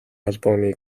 холбооны